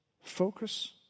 focus